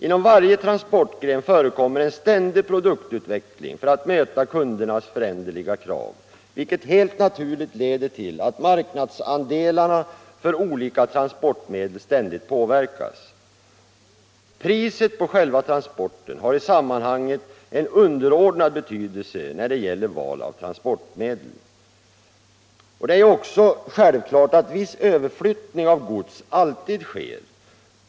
Inom varje transportgren förekommer en ständig produktutveckling för att möta kundernas föränderliga krav, vilket helt naturligt leder till att marknadsandelarna för olika transportmedel ständigt påverkas. Priset på själva transporten har i sammanhanget en underordnad betydelse när det gäller val av transportmedel. Det är också självklart att viss överflyttning av gods alltid sker.